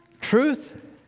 Truth